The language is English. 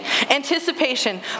anticipation